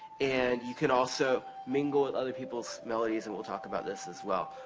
and you can also mingle with other peoples' melodies, and we'll talk about this as well.